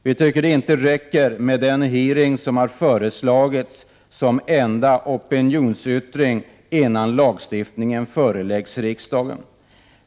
Vi tycker att det inte räcker med den hearing som har föreslagits som enda opinionsyttring innan förslaget föreläggs riksdagen.